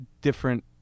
different